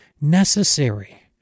necessary